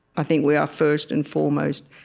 i think we are, first and foremost,